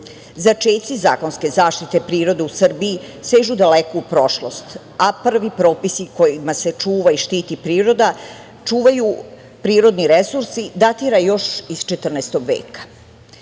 Začeci zakonske zaštite prirode u Srbiji sežu daleko u prošlost, a prvi propisi kojima se čuva i štiti priroda, čuvaju prirodni resursi, datira još iz 14. veka. Prvo